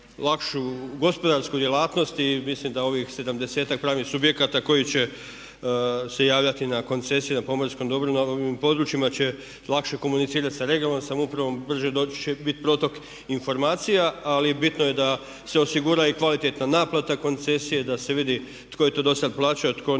gospodarsku djelatnost i mislim da ovih sedamdesetak pravnih subjekata koji će se javljati na koncesije na pomorskom dobru na ovim područjima će lakše komunicirati sa regionalnom samoupravom, brži će biti protok informacija, ali bitno je da se osigura i kvalitetna naplata koncesije, da se vidi tko je to dosada plaćao, tko